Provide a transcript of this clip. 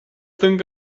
think